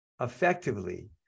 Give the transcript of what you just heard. effectively